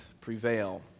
Prevail